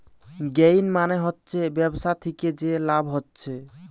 gain মানে হচ্ছে ব্যবসা থিকে যে লাভ হচ্ছে